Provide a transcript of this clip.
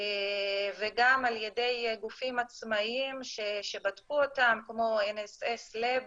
וגם על ידי גופים עצמאיים שבדקו אותם כמו NSS LAB